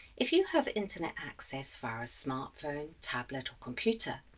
if you have internet access for a smartphone, tablet or computer,